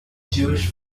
jewish